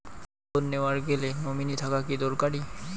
Loan নেওয়ার গেলে nominee থাকা কি দরকারী?